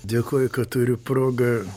dėkoju kad turiu progą